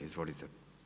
Izvolite.